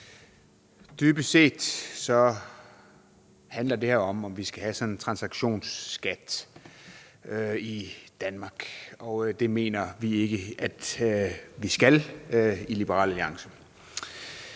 Dybest set handler det her om, om vi skal have sådan en transaktionsskat i Danmark, og det mener vi ikke at vi skal i Liberal Alliance.